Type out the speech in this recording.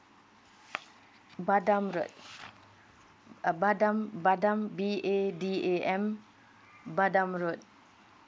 badam road uh badam badam B A D A M badam road